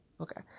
Okay